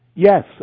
Yes